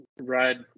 right